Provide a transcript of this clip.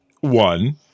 one